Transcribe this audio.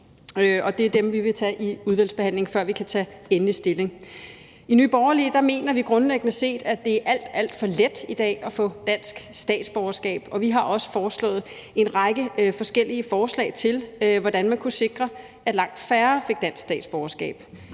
og det er dem, vi vil tage i udvalgsbehandlingen, før vi kan tage endelig stilling. I Nye Borgerlige mener vi grundlæggende set, at det er alt, alt for let i dag at få dansk statsborgerskab, og vi har også foreslået en række forskellige forslag til, hvordan man kunne sikre, at langt færre fik dansk statsborgerskab.